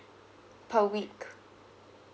per week